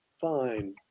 fine